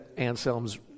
Anselm's